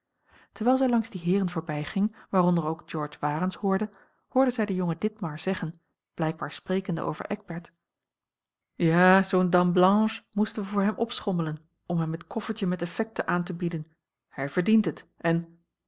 terwijl zij langs die heeren voorbijging waaronder ook george warens hoorde zij den jongen ditmar zeggen blijkbaar sprekende over eckbert ja zoo'n dame blanche moesten we voor hem opschommelen om hem het koffertje met effecten aan te bieden hij verdient het en